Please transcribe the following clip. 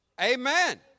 Amen